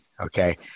Okay